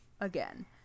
again